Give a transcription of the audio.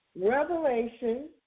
Revelation